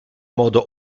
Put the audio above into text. modo